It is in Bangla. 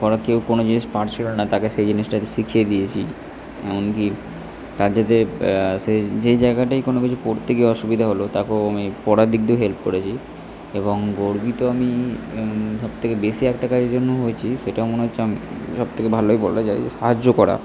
ধরো কেউ কোনো জিনিস পারছিল না তাকে সেই জিনিসটাকে শিখিয়ে দিয়েছি এমনকী তাকে যে সেই যেই জায়গাটায় কোনো কিছু পড়তে গিয়ে অসুবিধা হলো তাকেও আমি পড়ার দিক দিয়েও হেল্প করেছি এবং গর্বিত আমি সবথেকে বেশি একটা কাজের জন্যও হয়েছি সেটা মনে হচ্ছে আমি সবথেকে ভালো লাগে বলা যায় যে সাহায্য করা